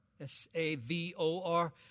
S-A-V-O-R